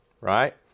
right